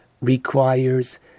requires